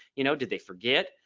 you know did they forget.